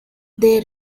they